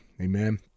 Amen